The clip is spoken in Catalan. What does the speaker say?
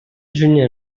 juny